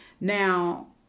Now